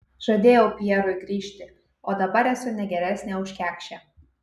žadėjau pjerui grįžti o dabar esu ne geresnė už kekšę